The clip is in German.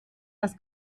das